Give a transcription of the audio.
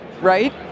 right